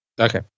Okay